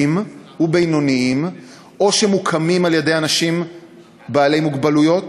ובינוניים שהם או מוקמים על-ידי אנשים עם מוגבלות,